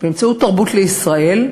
באמצעות "תרבות לישראל"